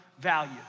value